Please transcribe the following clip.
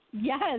Yes